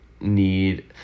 need